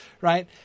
right